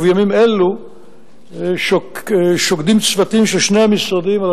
ובימים אלו שוקדים צוותים של שני המשרדים על